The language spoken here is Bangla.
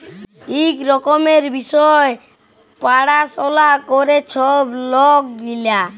ইক রকমের বিষয় পাড়াশলা ক্যরে ছব লক গিলা